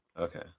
Okay